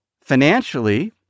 financially